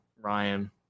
Ryan